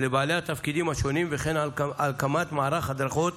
לבעלי התפקידים השונים, וכן על הקמת מערך הדרכות